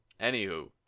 Anywho